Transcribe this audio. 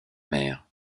maire